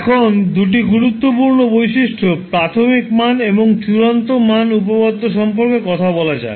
এখন দুটি গুরুত্বপূর্ণ বৈশিষ্ট্য প্রাথমিক মান এবং চূড়ান্ত মান উপপাদ্য সম্পর্কে কথা বলা যাক